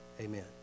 amen